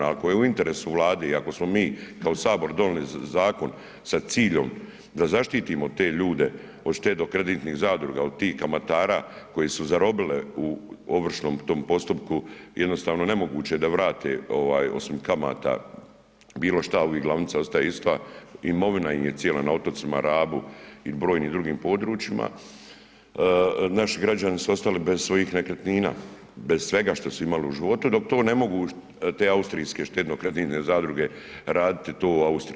Ako je u interesu Vlade i ako smo mi kao Sabor donijeli zakon sa ciljom da zaštitimo te ljude od štednokreditnih zadruga od tih kamatara koje su zarobile u ovršnom tom postupku jednostavno je nemoguće da vrate osim kamata bilo šta, uvik glavnica ostaje ista, imovina im je cijela na otocima Rabu i brojnim drugim područjima naši građani su ostali bez svojih nekretnina, bez svega što su imali u životu, dok to ne mogu te austrijske štednokreditne zadruge raditi to u Austriji.